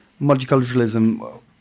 multiculturalism